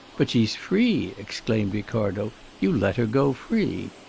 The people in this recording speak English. but she's free! exclaimed ricardo. you let her go free!